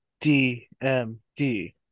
DMD